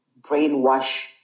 brainwash